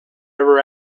ever